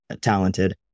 talented